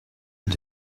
and